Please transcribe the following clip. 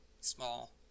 Small